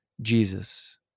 Jesus